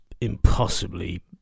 impossibly